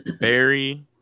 Barry